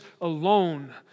alone